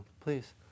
please